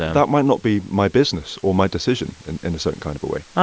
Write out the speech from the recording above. that might not be my business or my decision, and in a certain kind of a way.